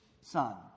son